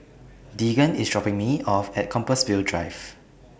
Deegan IS dropping Me off At Compassvale Drive